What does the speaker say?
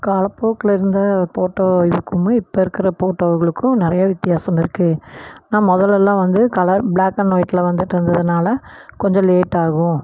காலப்போக்கில் இருந்த போட்டோ இதுக்கும் இப்போ இருக்கற போட்டோகளுக்கும் நிறையா வித்தியாசம் இருக்குது ஏன்னா மொதலெலாம் வந்து கலர் பிளாக் அண்ட் வொயிட்டில் வந்துட்டுருந்ததினால் கொஞ்சம் லேட் ஆகும்